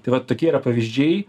tai va tokie yra pavyzdžiai